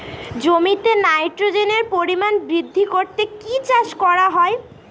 জমিতে নাইট্রোজেনের পরিমাণ বৃদ্ধি করতে কি চাষ করা হয়?